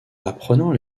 apprenant